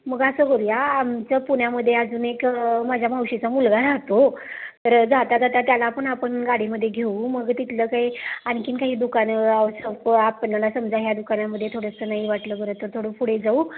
मग असं करूया आमचं पुण्यामध्ये अजून एक माझ्या मावशीचा मुलगा राहतो तर जाता जाता त्याला पण आपण गाडीमध्ये घेऊ मग तिथलं काही आणखी काही दुकानं आपणाला समजा ह्या दुकानामध्ये थोडंसं नाही वाटलं बरं थोडं पुढे जाऊ